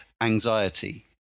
anxiety